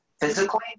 physically